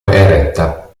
eretta